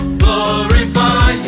glorify